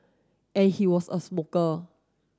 and he was a smoker